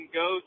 go